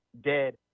dead